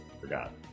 forgot